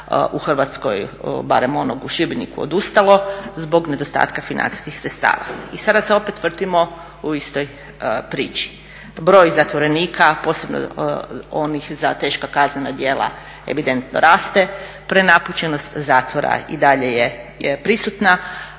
u Hrvatskoj, barem onog u Šibeniku, odustalo zbog nedostatka financijskih sredstava i sada se opet vrtimo u istoj priči. Broj zatvorenika, posebno onih za teška kaznena djela evidentno raste, prenapučenost zatvora i dalje je prisutna,